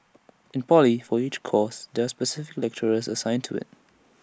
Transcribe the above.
in poly for each course there specific lecturers assigned to IT